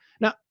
Now